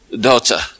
daughter